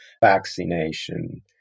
vaccination